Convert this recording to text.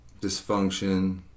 dysfunction